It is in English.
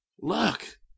Look